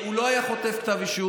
יש גזר דין, הוא לא היה חוטף כתב אישום.